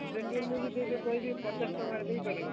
ସେମିତି ମୁଁ ଯଦି ଏବେ କହିବି ପଚାଶ ଟଙ୍କାରେ ଦେଇ ପାରିବକି